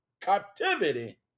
captivity